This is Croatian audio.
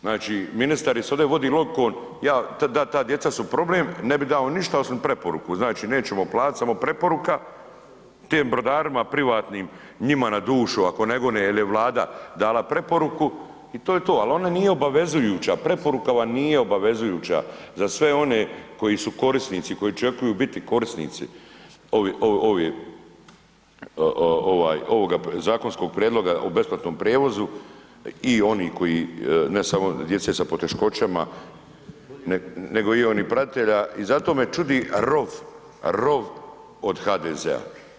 Znači, ministar se ovdje vodi logikom da ta djeca su problem, ne bi dao ništa osim preporuku, znači nećemo platit, samo preporuka, tim brodarima privatnim njima na dušu ako ne gone jel je Vlada dala preporuku i to je to, al ona nije obavezujuća, preporuka vam nije obavezujuća za sve one koji su korisnici, koji očekuju biti korisnici ovoga zakonskog prijedloga o besplatnom prijevozu i oni koji ne samo djece sa poteškoćama, nego i oni pratitelja i zato me čudi rov, rov od HDZ-a.